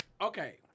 Okay